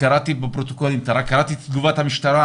וקראתי בפרוטוקולים את תגובת המשטרה,